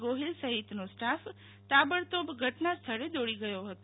ગોહિલ સહિતનો સ્ટાફ તાબડતોબ ઘટના સ્થળે દોડી ગયો હતો